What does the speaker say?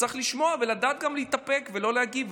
צריך לשמוע ולדעת גם להתאפק ולא להגיב,